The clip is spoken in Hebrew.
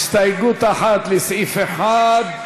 הסתייגות (1) לסעיף 1,